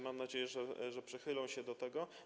Mam nadzieję, że przychylą się do tego.